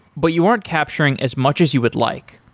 but you aren't capturing as much as you would like.